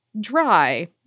dry